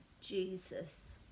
Jesus